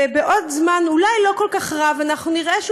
בעוד זמן אולי לא כל כך רב אנחנו נראה שהוא